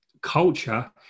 culture